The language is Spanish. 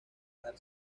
dar